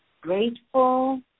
grateful